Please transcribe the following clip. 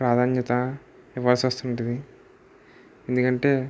ప్రాధాన్యత ఇవ్వాల్సి వస్తు ఉంటుంది ఎందుకంటే